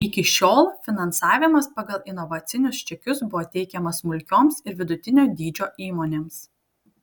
iki šiol finansavimas pagal inovacinius čekius buvo teikiamas smulkioms ir vidutinio dydžio įmonėms